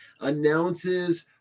announces